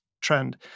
trend